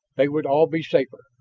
they would all be safer.